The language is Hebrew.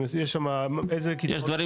יש שמה איזה קריטריונים --- יש דברים